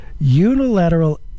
unilateral